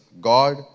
God